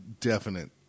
definite